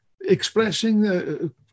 expressing